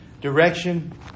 direction